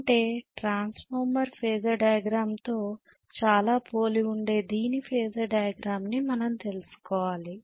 అంటే transformer phasor diagram తో చాలా పోలి ఉండే దీని ఫేజర్ డయాగ్రమ్ ని మనం తెలుసుకోవాలి